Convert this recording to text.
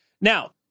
Now